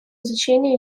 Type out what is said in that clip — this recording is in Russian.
изучение